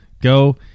Go